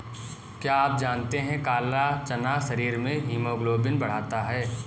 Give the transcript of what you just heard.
क्या आप जानते है काला चना शरीर में हीमोग्लोबिन बढ़ाता है?